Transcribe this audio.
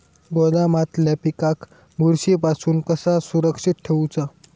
गोदामातल्या पिकाक बुरशी पासून कसा सुरक्षित ठेऊचा?